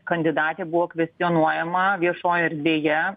kandidatė buvo kvestionuojama viešojoj erdvėje